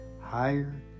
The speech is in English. higher